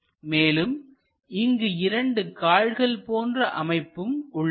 மேலும் இங்கு இரண்டு கால்கள் போன்ற அமைப்பும் உள்ளது